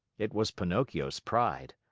it was pinocchio's pride.